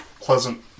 pleasant